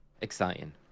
exciting